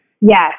Yes